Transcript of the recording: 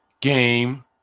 Game